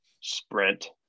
sprint